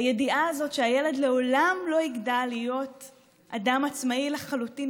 הידיעה הזאת שהילד לעולם לא יגדל להיות אדם עצמאי לחלוטין,